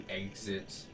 exit